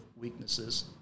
weaknesses